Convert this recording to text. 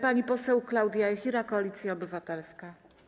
Pani poseł Klaudia Jachira, Koalicja Obywatelska.